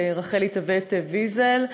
רחלי טבת-ויזל,